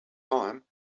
time